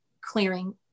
clearing